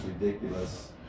ridiculous